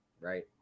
right